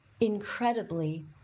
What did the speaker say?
incredibly